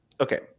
Okay